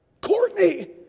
Courtney